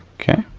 okay,